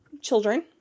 children